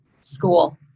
school